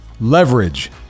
leverage